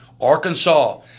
Arkansas